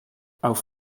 auf